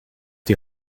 die